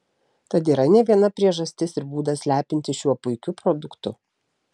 tad yra ne viena priežastis ir būdas lepintis šiuo puikiu produktu